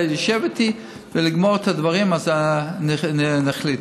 ישב איתי לגמור את הדברים ואז נחליט.